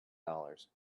dollars